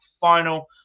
final